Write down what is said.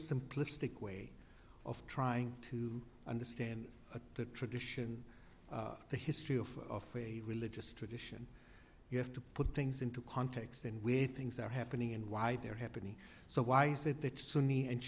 simplistic way of trying to understand the tradition the history of a religious tradition you have to put things into context and with things are happening and why they're happening so why is it that